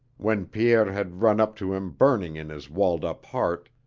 when pierre had run up to him burning in his walled-up heart,